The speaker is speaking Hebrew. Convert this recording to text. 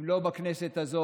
אם לא בכנסת הזאת,